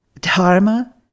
dharma